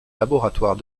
laboratoire